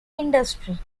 industry